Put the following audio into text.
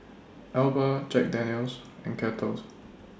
Alba Jack Daniel's and Kettles